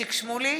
איציק שמולי,